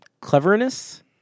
cleverness